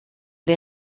les